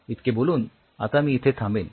इतके बोलून आता मी इथे थांबेन